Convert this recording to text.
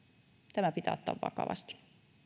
tämä pitää ottaa vakavasti